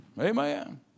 Amen